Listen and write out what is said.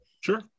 Sure